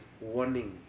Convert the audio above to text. warning